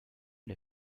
les